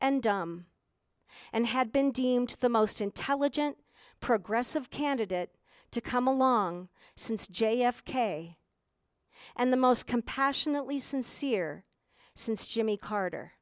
and dumb and had been deemed the most intelligent progressive candidate to come along since j f k and the most compassionately sincere since jimmy carter